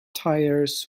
tires